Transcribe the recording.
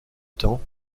temps